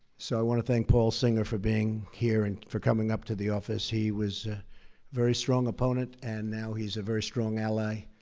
so i want to thank paul singer for being here and for coming up to the office. he was a very strong opponent, and now he's a very strong ally.